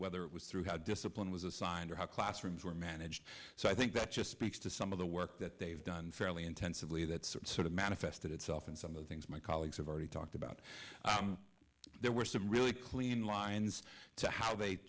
whether it was through how discipline was assigned or how classrooms were managed so i think that just speaks to some of the work that they've done fairly intensively that's sort of manifested itself in some of the things my colleagues have already talked about there were some really clean lines to how they